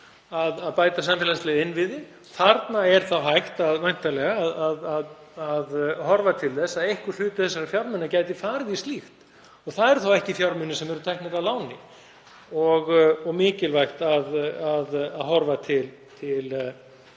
að bæta samfélagslega innviði. Þarna er þá væntanlega hægt að horfa til þess að einhver hluti þessara fjármuna gæti farið í slíkt. Það eru ekki fjármunir sem eru teknir að láni og mikilvægt að horfa til þessa.